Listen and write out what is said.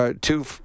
two